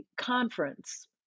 conference